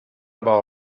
about